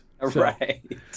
Right